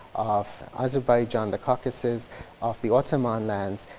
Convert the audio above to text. of azerbaijan, the caucasus of the ottoman lands,